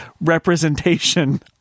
representation